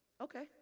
okay